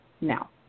Now